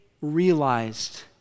realized